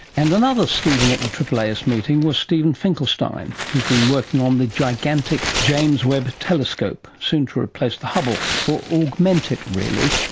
and another steven at the aaas meeting was steven finkelstein who has been working on the gigantic james webb telescope, soon to replace the hubble, or augment it really.